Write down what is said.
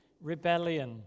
rebellion